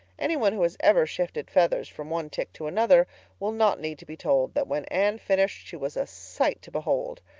any one who has ever shifted feathers from one tick to another will not need to be told that when anne finished she was a sight to behold.